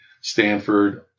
Stanford